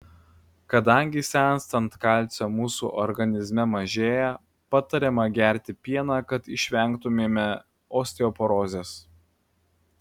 kadangi senstant kalcio mūsų organizme mažėja patariama gerti pieną kad išvengtumėme osteoporozės